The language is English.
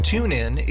TuneIn